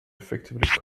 effectively